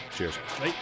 Cheers